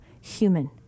human